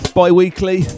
bi-weekly